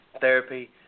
therapy